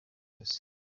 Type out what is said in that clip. yose